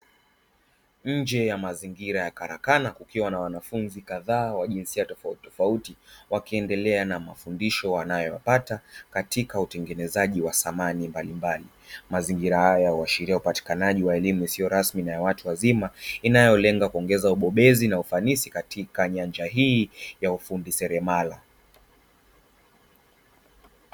Nje ya mazingira ya karakana kukiwa na wanafunzi kadhaa wa jinsia tofauti tofauti, wakiendelea na mafundisho wanayo yapata katika utengenezaji wa samani mbalimbali. Mazingira haya huashiria upatikanaji wa elimu isiyo rasmi na ya watu wazima, inayolenga kuongeza ubobezi na ufanisi katika nyanja hii ya ufundi selemala.